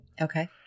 okay